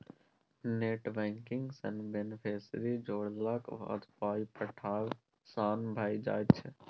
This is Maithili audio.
नेटबैंकिंग सँ बेनेफिसियरी जोड़लाक बाद पाय पठायब आसान भऽ जाइत छै